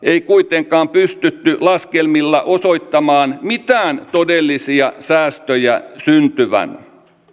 kuitenkaan pystytty laskelmilla osoittamaan mitään todellisia säästöjä syntyvän